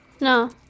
No